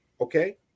Okay